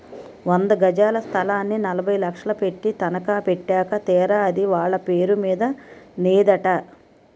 వంద గజాల స్థలాన్ని నలభై లక్షలు పెట్టి తనఖా పెట్టాక తీరా అది వాళ్ళ పేరు మీద నేదట